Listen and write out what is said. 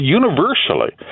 universally